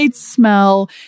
smell